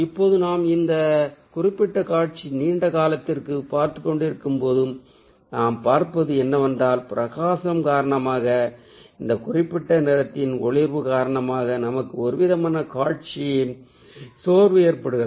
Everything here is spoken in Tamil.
இப்போது நாம் இந்த குறிப்பிட்ட காட்சி நீண்ட காலத்திற்கு பார்த்துக்கொண்டிருக்கும்போது நாம் பார்ப்பது என்னவென்றால் பிரகாசம் காரணமாக இந்த குறிப்பிட்ட நிறத்தின் ஒளிர்வு காரணமாக நமக்கு ஒருவிதமான காட்சி சோர்வு ஏற்படுகிறது